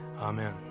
Amen